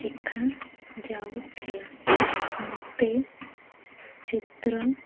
ଶିଖାଯାଉଥିଲା ମୋତେ ଚିତ୍ର